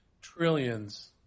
Trillions